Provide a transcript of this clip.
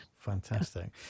Fantastic